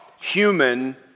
human